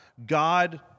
God